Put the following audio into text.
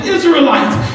Israelites